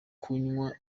kunywa